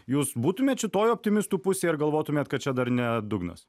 jūs būtumėt šitoj optimistų pusėj ar galvotumėt kad čia dar ne dugnas